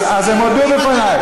אני אומר, אז הם הודו בפני.